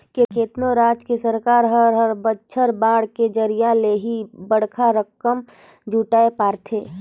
केतनो राज के सरकार हर हर बछर बांड के जरिया ले ही बड़खा रकम जुटाय पाथे